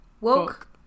woke